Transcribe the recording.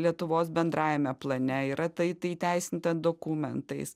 lietuvos bendrajame plane yra tai tai įteisinta dokumentais